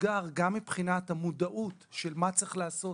אתגר גם מבחינת המודעות של מה צריך לעשות